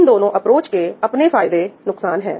इन दोनों अप्रोच के अपने फायदे नुकसान हैं